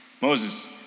Moses